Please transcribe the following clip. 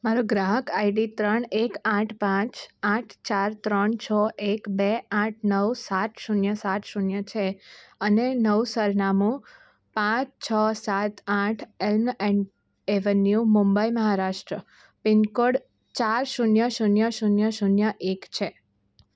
મારો ગ્રાહક આઈડી ત્રણ એક આઠ પાંચ આઠ ચાર ત્રણ છ એક બે આઠ નવ સાત શૂન્ય સાત શૂન્ય છે અને નવું સરનામું પાંચ છ સાત આઠ Elm Avenue Mumbai Maharashtra pin code ચાર શૂન્ય શૂન્ય શૂન્ય શૂન્ય એક છે